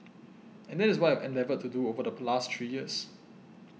and that is what I've endeavoured to do over the last three years